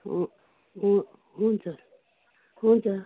हु हु हुन्छ हुन्छ